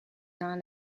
dans